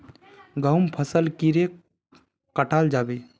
गहुम फसल कीड़े कटाल जाबे?